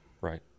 right